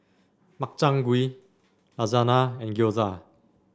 Makchang Gui Lasagna and Gyoza